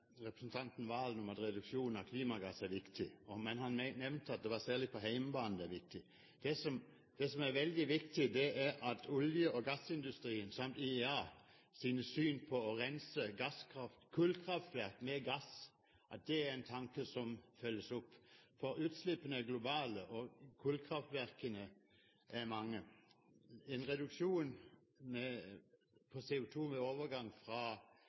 representanten Serigstad Valen i at reduksjon av klimagass er viktig. Han nevnte at det var særlig på hjemmebane at det var viktig. Det som er veldig viktig, er at olje- og gassindustriens syn samt IEAs syn på å rense fra kullkraft til gass er en tanke som følges opp, for utslippene er globale, og kullkraftverkene er mange. En reduksjon når det gjelder CO2, med overgang fra